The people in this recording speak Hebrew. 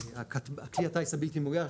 כלי הטיס הבלתי מאויש,